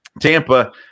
Tampa